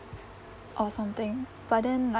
or something but then like